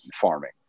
farming